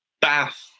bath